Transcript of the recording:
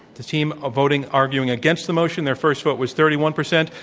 the team ah voting arguing against the motion, their first vote was thirty one percent.